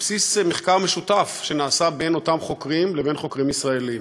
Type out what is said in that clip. בסיס מחקר משותף שנעשה על-ידי אותם חוקרים ועל-ידי חוקרים ישראלים.